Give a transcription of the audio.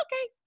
okay